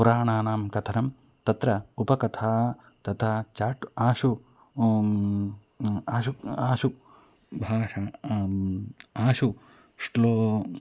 पुराणानां कथनं तत्र उपकथा तथा चाट् आशु आशु आशु भाषा आशु श्लोकः